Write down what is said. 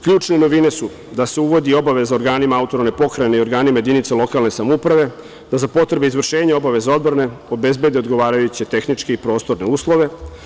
Ključne novine su da se uvodi obaveza organima autonomnim pokrajinama i organima jedinicama lokalne samouprave da za potrebe izvršenja odbrane obezbede odgovarajuće tehničke i prostorne uslove.